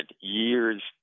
years